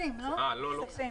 תקציבי,